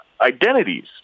identities